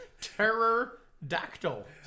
Terror-Dactyl